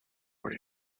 what